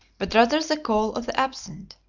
but rather the call of the absent.